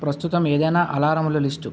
ప్రస్తుతము ఏదైనా అల్లారముల లిస్టు